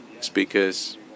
speakers